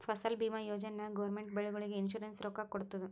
ಫಸಲ್ ಭೀಮಾ ಯೋಜನಾ ನಾಗ್ ಗೌರ್ಮೆಂಟ್ ಬೆಳಿಗೊಳಿಗ್ ಇನ್ಸೂರೆನ್ಸ್ ರೊಕ್ಕಾ ಕೊಡ್ತುದ್